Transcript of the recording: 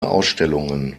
ausstellungen